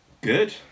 good